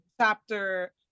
chapter